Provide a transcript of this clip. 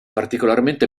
particolarmente